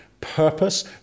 purpose